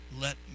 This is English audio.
let